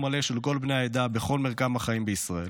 מלא של כל בני העדה בכל מרקם החיים בישראל.